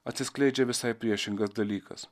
atsiskleidžia visai priešingas dalykas